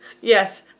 Yes